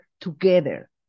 together